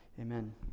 Amen